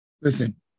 Listen